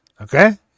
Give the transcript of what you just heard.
Okay